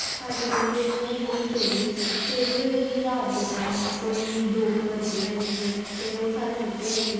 ਸਾਡੇ ਪਿੰਡ ਵਿੱਚ ਨਾ ਇੱਕ ਦਿਨ ਚੋਰੀ ਹੋਈ ਸੀ ਅਤੇ ਚੋਰੀ ਹੋਈ ਰਾਤ ਦੇ ਟਾਈਮ ਕੋਈ ਦੋ ਕੁ ਵੱਜੇ ਹੋਏ ਸੀਗੇ ਅਤੇ ਉਹ ਸਾਰੇ ਸੁੱਤੇ ਹੋਏ ਸੀ